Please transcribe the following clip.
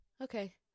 okay